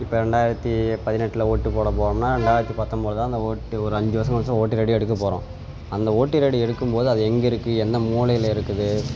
இப்போ ரெண்டாயிரத்தி பதினெட்டில் ஓட்டுப் போட போகிறோம்னா ரெண்டாயிரத்தி பத்தொம்போதுல தான் அந்த ஓட்டு ஒரு அஞ்சு வருடம் கழித்து தான் ஒட்டர் ஐடியே எடுக்கப் போகிறோம் அந்த ஓட்டர் ஐடி எடுக்கும்போது அது எங்கள் இருக்கு எந்த மூலையில் இருக்குது